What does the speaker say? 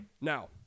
Now